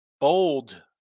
Bold